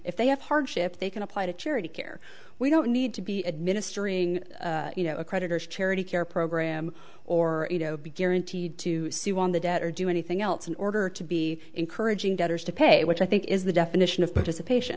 if they have hardship they can apply to charity care we don't need to be administering you know a creditors charity care program or you know be guaranteed to sue on the debt or do anything else in order to be encouraging debtors to pay which i think is the definition of participation